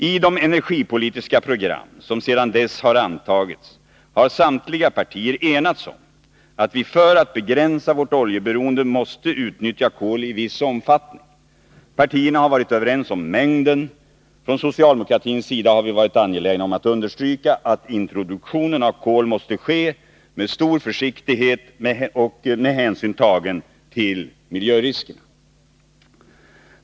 I de energipolitiska program som sedan dess har antagits har samtliga partier enats om att vi för att begränsa vårt oljeberoende måste utnyttja kol i viss omfattning. Partierna har varit överens om mängden. Från socialdemokratins sida har vi varit angelägna om att understryka att introduktionen av kol måste ske med stor försiktighet med hänsyn tagen till miljöriskerna.